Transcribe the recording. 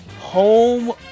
home